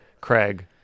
Craig